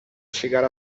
chegar